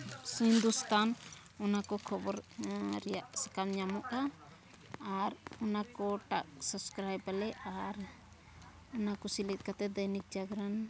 ᱦᱤᱱᱫᱩᱥᱛᱷᱟᱱ ᱚᱱᱟ ᱠᱚ ᱠᱷᱚᱵᱚᱨ ᱨᱮᱭᱟᱜ ᱥᱟᱠᱟᱢ ᱧᱟᱢᱚᱜᱼᱟ ᱟᱨ ᱚᱱᱟᱠᱚ ᱴᱟᱜ ᱟᱞᱮ ᱚᱱᱟᱠᱚ ᱥᱮᱞᱮᱫ ᱠᱟᱛᱮᱫ ᱫᱳᱭᱱᱤᱠ ᱡᱟᱜᱚᱨᱚᱱ